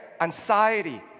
anxiety